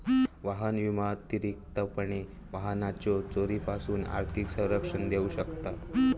वाहन विमा अतिरिक्तपणे वाहनाच्यो चोरीपासून आर्थिक संरक्षण देऊ शकता